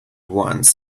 ones